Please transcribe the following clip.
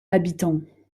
habitants